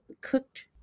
cooked